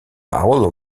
paulo